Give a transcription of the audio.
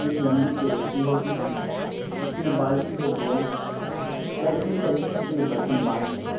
ایک لمبی سی رسی ہوتی تھی اس میں بالٹی یا ڈول یا اسی طریقے سے کوئی برتن باندھ کر